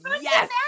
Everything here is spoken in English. Yes